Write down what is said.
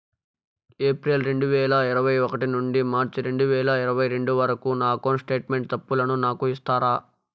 April రెండు వేల ఇరవై ఒకటి నుండి మార్చ్ రెండు వేల ఇరవై రెండు వరకు నా అకౌంట్ స్టేట్మెంట్ తప్పులను నాకు ఇస్తారా?